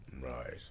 Right